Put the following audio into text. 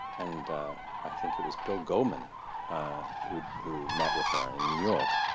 and i think it was bill goldman who who met with her in new york,